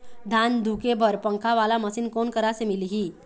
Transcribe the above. धान धुके बर पंखा वाला मशीन कोन करा से मिलही?